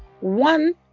one